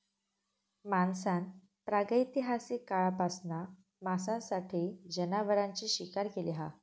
माणसान प्रागैतिहासिक काळापासना मांसासाठी जनावरांची शिकार केली हा